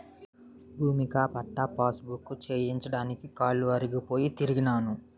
భూమిక పట్టా పాసుబుక్కు చేయించడానికి కాలు అరిగిపోయి తిరిగినాను